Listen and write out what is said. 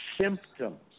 symptoms